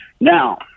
Now